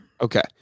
Okay